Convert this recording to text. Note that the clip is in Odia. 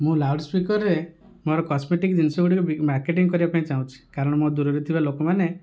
ମୁଁ ଲାଉଡ଼ ସ୍ପିକରରେ ମୋର କସମେଟିକ ଜିନିଷ ଗୁଡ଼ିକ ମାର୍କେଟିଙ୍ଗ କରିବାକୁ ଚାହୁଁଛି କାରଣ ମୋ ଠାରୁ ଦୂରରେ ଥିବା ଲୋକମାନେ